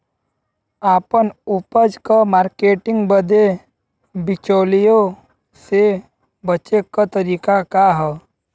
आपन उपज क मार्केटिंग बदे बिचौलियों से बचे क तरीका का ह?